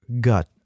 gut